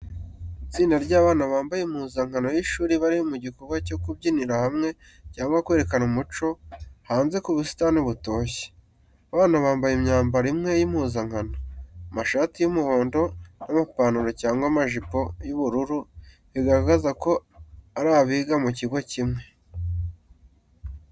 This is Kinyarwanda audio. Itsinda ry’abana bambaye impuzankano y’ishuri bari mu gikorwa cyo kubyinira hamwe cyangwa kwerekana umuco, hanze ku busitani butoshye. Abana bambaye imyambaro imwe y'impuzankano, amashati y'umuhondo n’amapantaro cyangwa amajipo y’ubururu bigaragaza ko ari abiga mu kigo kimwe.